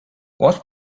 what